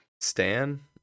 Stan